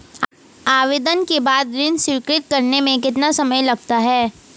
आवेदन के बाद ऋण स्वीकृत करने में कितना समय लगता है?